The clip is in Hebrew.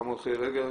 פעם הולכי רגל,